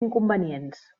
inconvenients